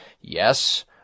yes